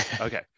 Okay